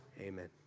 Amen